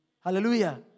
Hallelujah